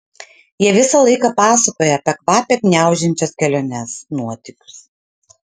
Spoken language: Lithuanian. jie visą laiką pasakoja apie kvapią gniaužiančias keliones nuotykius